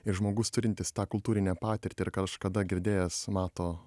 ir žmogus turintis tą kultūrinę patirtį ir kažkada girdėjęs mato